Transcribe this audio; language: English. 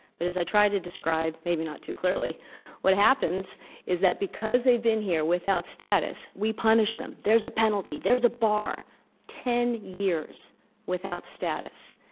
but as i tried to describe maybe not too clearly what happens is that because they've been here without status, we punish them. there's a penalty. there's a bar ten years without status.